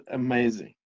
amazing